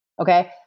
okay